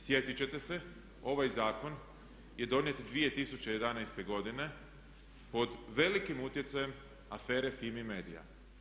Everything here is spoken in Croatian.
Sjetit ćete se, ovaj zakon je donijet 2011.godine pod velikim utjecajem afere FIMI medija.